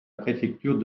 préfecture